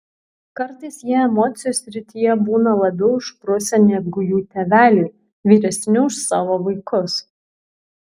kartais jie emocijų srityje būna labiau išprusę negu jų tėveliai vyresni už savo vaikus